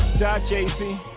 die jay z.